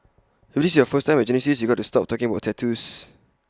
if this is your first time at Genesis you've got to stop talking about tattoos